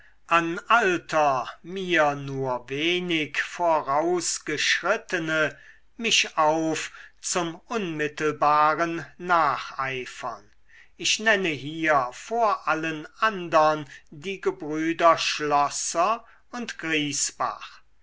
an alter mir nur wenig vorausbeschrittene mich auf zum unmittelbaren nacheifern ich nenne hier vor allen andern die gebrüder schlosser und griesbach